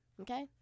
okay